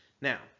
Now